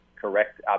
correct